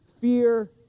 fear